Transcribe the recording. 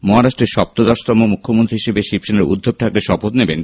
মহারাষ্ট্রের সপ্তদশতম মুখ্যমন্ত্রী হিসেবে শিবসেনার উদ্ধব ঠাকরে শপথ নেবেন